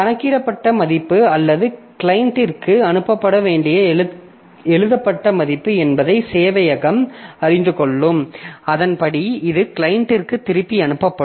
கணக்கிடப்பட்ட மதிப்பு அல்லது கிளையன்ட்டிற்கு அனுப்பப்பட வேண்டிய எழுதப்பட்ட மதிப்பு என்பதை சேவையகம் அறிந்து கொள்ளும் அதன்படி அது கிளையன்ட்டிற்கு திருப்பி அனுப்பப்படும்